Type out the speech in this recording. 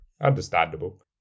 Understandable